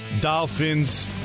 Dolphins